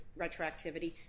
retroactivity